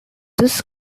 this